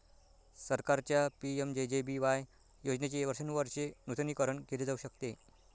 सरकारच्या पि.एम.जे.जे.बी.वाय योजनेचे वर्षानुवर्षे नूतनीकरण केले जाऊ शकते